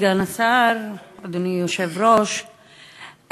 אדוני היושב-ראש,